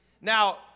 now